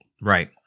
Right